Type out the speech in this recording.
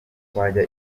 twajya